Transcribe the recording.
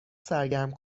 سرگرم